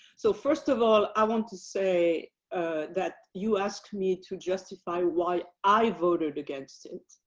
so, first of all i want to say that you asked me to justify why i voted against it.